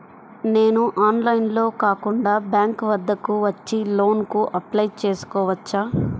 నేను ఆన్లైన్లో కాకుండా బ్యాంక్ వద్దకు వచ్చి లోన్ కు అప్లై చేసుకోవచ్చా?